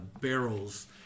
barrels